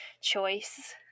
choice